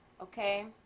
okay